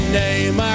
name